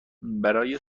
برای